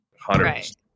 Hundreds